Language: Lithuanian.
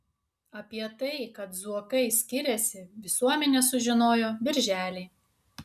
apie tai kad zuokai skiriasi visuomenė sužinojo birželį